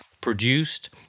produced